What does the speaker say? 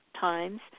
times